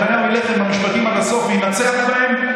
נתניהו ילך עם המשפטים עד הסוף וינצח בהם.